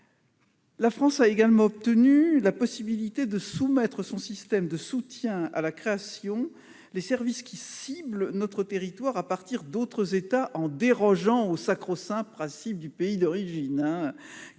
la France a obtenu la possibilité de soumettre à son système de soutien à la création les services qui ciblent notre territoire à partir d'autres États en dérogeant au sacro-saint principe du pays d'origine,